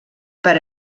per